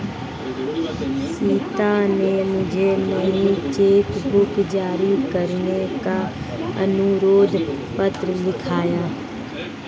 सीता ने मुझसे नई चेक बुक जारी करने का अनुरोध पत्र लिखवाया